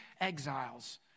exiles